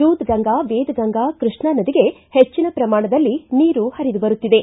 ದೂಧ್ಗಂಗಾ ವೇದಗಂಗಾ ಕೃಷ್ಣಾ ನದಿಗೆ ಹೆಚ್ಚನ ಪ್ರಮಾಣದಲ್ಲಿ ನೀರು ಹರಿದು ಬರುತ್ತಿದೆ